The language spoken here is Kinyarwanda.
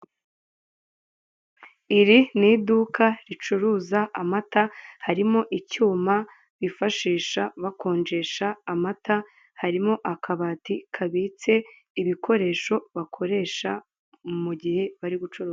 Iri ni iduka ricuruza amata harimo icyuma bifashisha bakonjesha amata harimo akabata kabitse ibikoresho bakoresha mu gihe bari gucuruza.